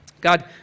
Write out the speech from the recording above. God